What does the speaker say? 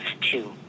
two